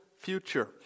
future